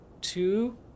two